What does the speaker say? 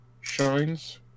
shines